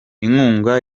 inkunga